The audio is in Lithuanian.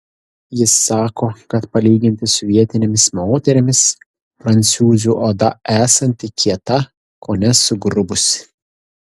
jis sako kad palyginti su vietinėmis moterimis prancūzių oda esanti kieta kone sugrubusi